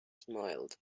smiled